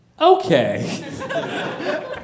okay